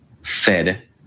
fed